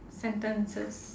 sentences